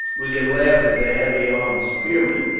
we could laugh at their heavy armed spearmen,